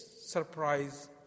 surprise